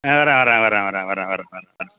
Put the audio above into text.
ஆ வர்றேன் வர்றேன் வர்றேன் வர்றேன் வர்றே வர்றே